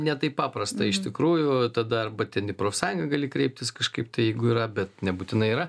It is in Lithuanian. ne taip paprasta iš tikrųjų tada arba ten į profsąjungą gali kreiptis kažkaip tai jeigu yra bet nebūtinai yra